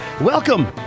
Welcome